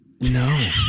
No